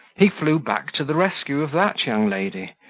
he flew back to the rescue of that young lady,